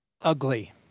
Ugly